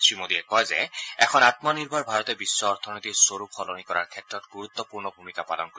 শ্ৰীমোদীয়ে কয় যে এখন আমনিৰ্ভৰ ভাৰতে বিশ্ব অৰ্থনীতিৰ স্বৰূপ সলনি কৰাৰ ক্ষেত্ৰত গুৰুত্বপূৰ্ণ ভূমিকা পালন কৰিব